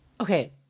Okay